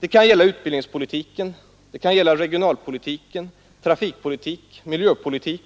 Det kan gälla utbildningspolitik, regionalpolitik, trafikpolitik, miljöpolitik,